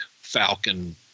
Falcon